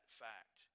fact